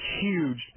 huge